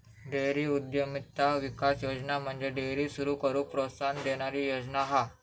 dairy उद्यमिता विकास योजना म्हणजे डेअरी सुरू करूक प्रोत्साहन देणारी योजना हा